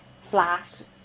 flat